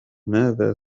ماذا